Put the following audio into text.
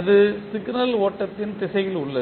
அது சிக்னல் ஓட்டத்தின் திசையில் உள்ளது